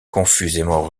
confusément